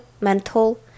mental